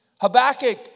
Habakkuk